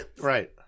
Right